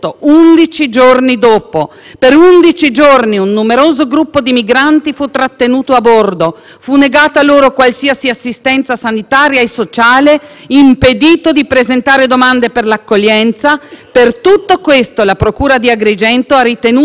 fu negata loro qualsiasi assistenza sanitaria e sociale, impedito di presentare domande per l'accoglienza. Per tutto questo la procura di Agrigento ha ritenuto di indagare il ministro Salvini per sequestro di persona, arresto illegale e abuso d'ufficio.